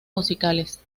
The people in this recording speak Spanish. musicales